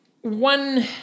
one